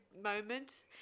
moment